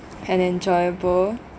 and enjoyable